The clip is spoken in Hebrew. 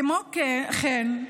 כמו כן,